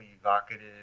evocative